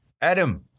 Adam